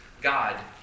God